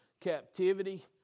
captivity